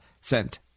sent